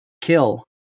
kill